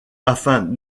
afin